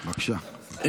בבקשה.